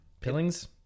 pillings